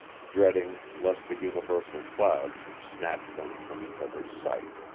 dreading lest the universal cloud should snatch them from each other's sight.